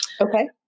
Okay